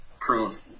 prove